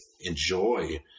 enjoy